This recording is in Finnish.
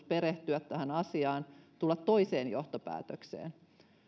perehtyä tähän asiaan tulla toiseen johtopäätökseen